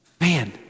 Man